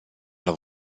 doch